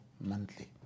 monthly